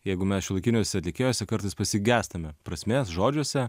jeigu mes šiuolaikiniuose atlikėjuose kartais pasigestame prasmės žodžiuose